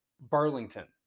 Burlington